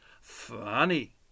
funny